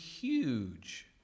huge